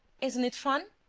isn't it fun?